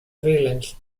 village